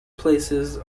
places